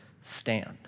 stand